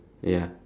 ya